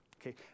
Okay